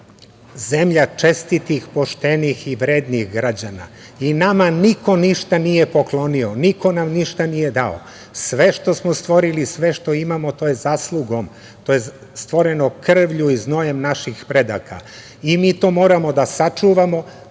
zemlja čestitih, poštenih i vrednih građana. Nama niko ništa nije poklonio, niko nam ništa nije dao. Sve što smo stvorili, sve što imamo to je zaslugom, to je stvoreno krvlju i znojem naših predaka. Mi to moramo da sačuvamo,